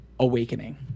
awakening